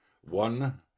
one